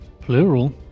Plural